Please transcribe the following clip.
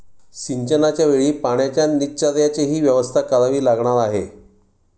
सिंचनाच्या वेळी पाण्याच्या निचर्याचीही व्यवस्था करावी लागणार आहे